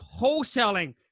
wholesaling